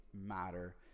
matter